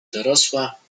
dorosła